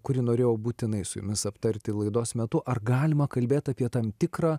kurį norėjau būtinai su jumis aptarti laidos metu ar galima kalbėt apie tam tikrą